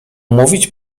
mówić